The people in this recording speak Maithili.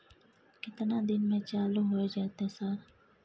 केतना दिन में चालू होय जेतै सर?